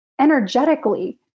energetically